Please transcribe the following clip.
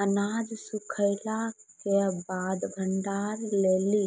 अनाज सूखैला क बाद भंडारण लेलि